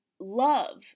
love